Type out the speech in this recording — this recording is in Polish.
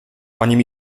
panie